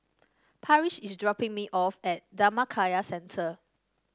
Parrish is dropping me off at Dhammakaya Centre